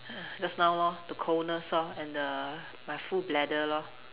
err just now lor the coldness lor and the my full bladder lor